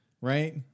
right